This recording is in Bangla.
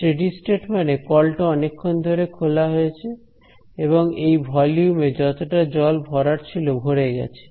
স্টেডি স্টেট মানে কলটা অনেকক্ষণ ধরে খোলা হয়েছে এবং এই ভলিউম এ যতটা জল ভরার ছিল ভরে গেছে